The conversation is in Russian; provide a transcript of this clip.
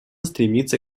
стремиться